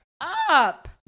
up